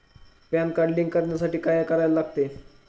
Pan card link करण्यासाठी काय करायला लागते?